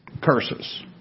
curses